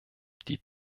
die